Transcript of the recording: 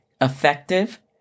effective